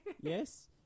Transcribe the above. Yes